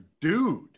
dude